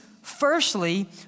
Firstly